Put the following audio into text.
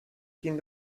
ging